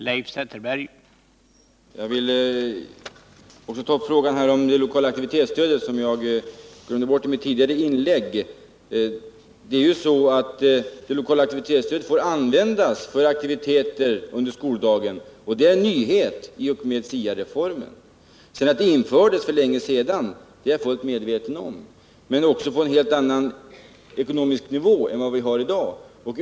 Herr talman! I mitt tidigare inlägg glömde jag bort att ta upp frågan om det lokala aktivitetsstödet. Det lokala aktivitetsstödet får användas för aktiviteter under skoldagen. Det är en nyhet som tillkom i och med SIA-reformen. Att det sedan infördes för länge sedan är jag fullt medveten om. Det låg då också på en helt annan ekonomisk nivå än i dag.